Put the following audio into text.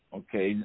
okay